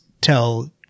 tell